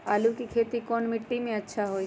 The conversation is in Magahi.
आलु के खेती कौन मिट्टी में अच्छा होइ?